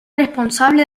responsable